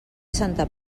santa